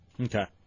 Okay